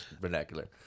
vernacular